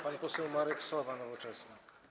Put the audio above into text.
Pan poseł Marek Sowa, Nowoczesna.